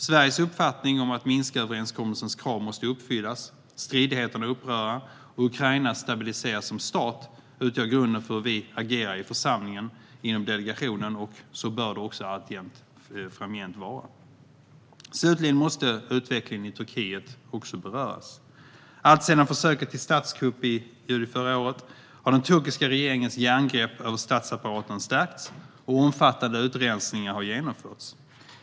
Sveriges uppfattning om att Minsköverenskommelsens krav måste uppfyllas, stridigheterna upphöra och Ukraina stabiliseras som stat utgör grunden för hur vi agerar i församlingen inom delegationen, och så bör det också allt framgent vara. Slutligen måste även utvecklingen i Turkiet beröras. Alltsedan försöket till statskupp i juli förra året har den turkiska regeringens järngrepp över statsapparaten stärkts, och omfattande utrensningar har genomförts.